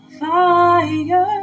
fire